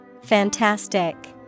Fantastic